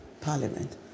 parliament